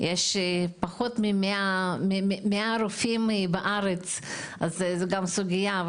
יש פחות מ-100 רופאים בארץ זו גם סוגיה,